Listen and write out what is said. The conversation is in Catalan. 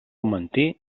mentir